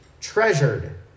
treasured